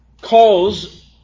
calls